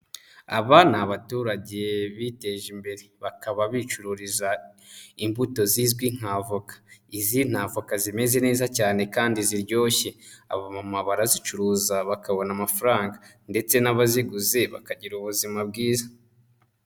Aba ni abaturage biteje imbere bakaba bicururiza imbuto zizwi nka avoka, izi na avoka zimeze neza cyane kandi ziryoshye abamama barazicuruza bakabona amafaranga ndetse n'abaziguze bakagira ubuzima bwiza.